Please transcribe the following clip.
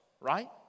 right